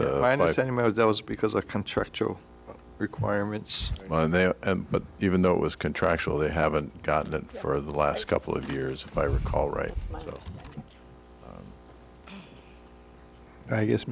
i was because a contractual requirements there but even though it was contractual they haven't gotten it for the last couple of years if i recall right so i guess